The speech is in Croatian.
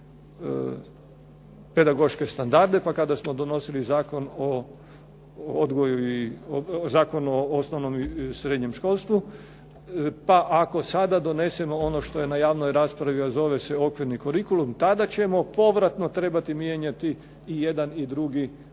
pedagoške standarde pa kada smo donosili Zakon o osnovnom i srednjem školstvu. Pa ako sada donesemo ono što je na javnoj raspravi a zove se okvirni kurikulum tada ćemo povratno trebati mijenjati i jedan i drugi